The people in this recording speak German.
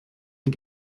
und